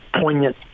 poignant